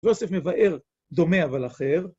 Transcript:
יוסף מבאר דומה אבל אחר.